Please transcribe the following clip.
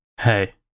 hey